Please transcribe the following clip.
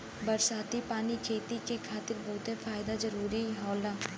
बरसाती पानी खेती के खातिर बहुते जादा जरूरी होला